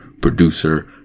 producer